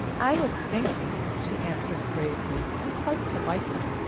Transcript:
i was thinking, she answered gravely and quite politely,